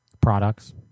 Products